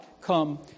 come